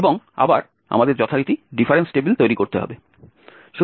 এবং আবার আমাদের যথারীতি ডিফারেন্স টেবিল তৈরি করতে হবে